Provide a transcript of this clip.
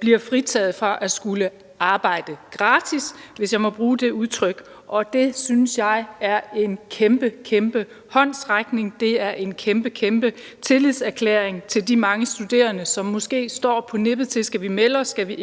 bliver fritaget fra at skulle arbejde gratis – hvis jeg må bruge det udtryk – og det synes jeg er en kæmpe, kæmpe håndsrækning, en kæmpe, kæmpe tillidserklæring til de mange studerende, som måske er på nippet til at sige: Skal vi melde